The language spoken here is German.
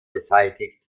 beseitigt